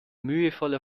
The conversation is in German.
mühevoller